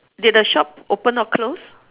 did the shop open or close